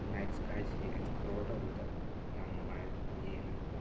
nights ꯏꯁꯀꯥꯏꯁꯦ explore ꯇꯧꯕꯗ ꯌꯥꯝ ꯅꯨꯡꯉꯥꯏ ꯑꯗꯨꯅ ꯌꯦꯡꯕ ꯈꯣꯠꯄ